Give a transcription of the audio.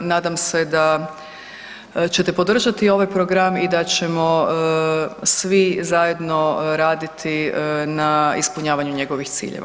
Nadam se da ćete podržati ovaj program i da ćemo svi zajedno raditi na ispunjavanju njegovih ciljeva.